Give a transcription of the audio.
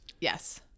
Yes